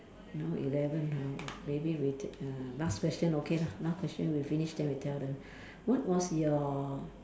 now eleven ha maybe we take uh last question okay lah last question we finish then we tell them what was your